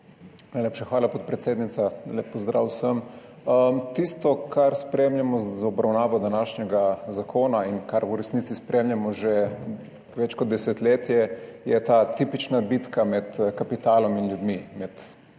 Najlepša hvala, podpredsednica. Lep pozdrav vsem! To, kar spremljamo z obravnavo današnjega zakona in kar v resnici spremljamo že več kot desetletje, je tipična bitka med kapitalom in ljudmi,